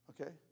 Okay